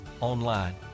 online